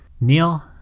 Neil